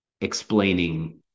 explaining